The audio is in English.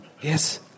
Yes